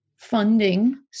Funding